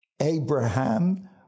Abraham